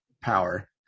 power